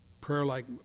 prayer-like